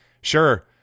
Sure